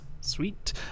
Sweet